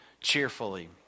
cheerfully